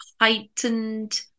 heightened